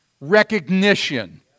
Recognition